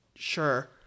sure